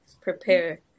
Prepare